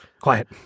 Quiet